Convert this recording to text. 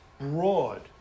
broad